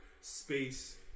space